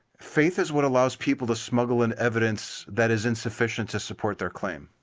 faith is what allows people to smuggle in evidence that is insufficient to support their claim.